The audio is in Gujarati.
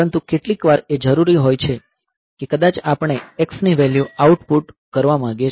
પરંતુ કેટલીકવાર એ જરૂરી હોય છે કે કદાચ આપણે x ની વેલ્યૂ આઉટપુટ કરવા માંગીએ છીએ